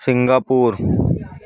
Singapore